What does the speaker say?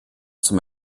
zum